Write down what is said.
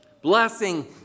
Blessing